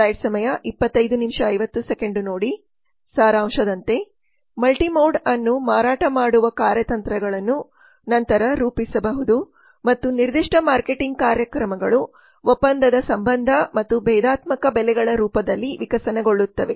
ಸಾರಾಂಶದಂತೆ multimode ಅನ್ನು ಮಾರಾಟ ಮಾಡುವ ಕಾರ್ಯತಂತ್ರಗಳನ್ನು ನಂತರ ರೂಪಿಸಬಹುದು ಮತ್ತು ನಿರ್ದಿಷ್ಟ ಮಾರ್ಕೆಟಿಂಗ್ ಕಾರ್ಯಕ್ರಮಗಳು ಒಪ್ಪಂದದ ಸಂಬಂಧ ಮತ್ತು ಭೇದಾತ್ಮಕ ಬೆಲೆಗಳ ರೂಪದಲ್ಲಿ ವಿಕಸನಗೊಳ್ಳುತ್ತವೆ